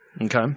Okay